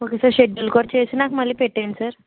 okay sir schedule కూడా చేసి నాకు మళ్ళీ పెట్టేయండి సార్